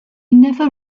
never